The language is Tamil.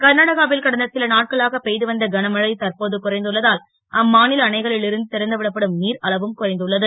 கர்நாடகாவில் கடந்த சில நாட்களாக பெ து வந்த கனமழை தற்போது குறைந்துள்ளதால் அம்மா ல அணைகளில் இருந்து றந்துவிடப்படும் நீர் அளவும் குறைந்து உள்ளது